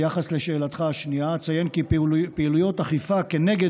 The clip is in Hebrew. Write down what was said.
ביחס לשאלתך השנייה אציין כי פעילויות אכיפה נגד